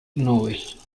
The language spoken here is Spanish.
novel